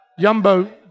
Yumbo